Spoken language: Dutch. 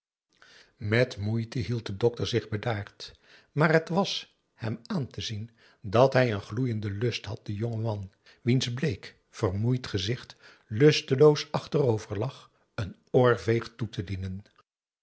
met moeite hield de dokter zich bedaard maar het was hem aan te zien dat hij een gloeienden lust had den jongen man wiens bleek vermoeid gezicht lusteloos achteroverlag een oorveeg toe te dienen